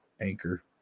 Anchor